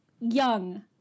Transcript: Young